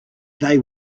they